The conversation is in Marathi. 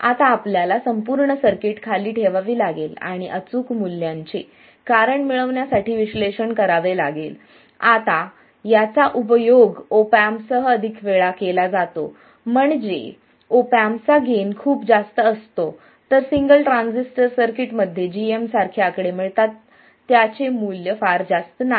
आता आपल्याला संपूर्ण सर्किट खाली ठेवावी लागेल आणि अचूक मूल्याचे कारण मिळविण्यासाठी विश्लेषण करावे लागेल याचा उपयोग ऑप एम्प सह अधिक वेळा केला जातो म्हणजे ऑप एम्प चा गेन खूपच जास्त असतो तर सिंगल ट्रांजिस्टर सर्किट मध्ये gm सारखे आकडे मिळतात त्याचे मूल्य फार जास्त नाही